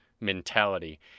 mentality